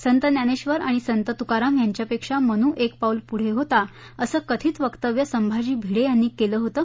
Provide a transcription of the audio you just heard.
संत ज्ञानेश्वर आणि संत तुकाराम यांच्यापेक्षा मनू एक पाऊल पुढे होता असं कथित वक्तव्य संभाजी भिडे यांनी केलं होतं